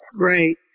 Right